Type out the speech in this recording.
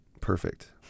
Perfect